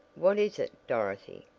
what is it dorothy?